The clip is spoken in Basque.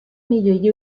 milioi